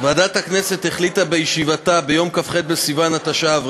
הכנסת החליטה בישיבתה ביום כ"ח בסיוון התשע"ו,